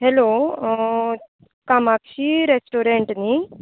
hello Kamakshi restaurant न्ही